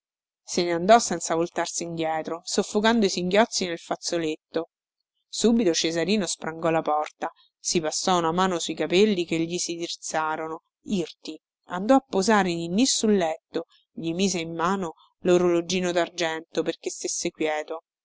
se ne andò senza voltarsi indietro soffocando i singhiozzi nel fazzoletto subito cesarino sprangò la porta si passò una mano su i capelli che gli si drizzarono irti andò a posare ninn sul letto gli mise in mano lorologino dargento perché stesse quieto